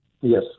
Yes